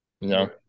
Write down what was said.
no